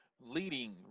leading